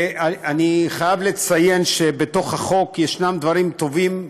אני חייב לציין שבחוק, בהצעה, יש דברים טובים,